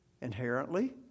inherently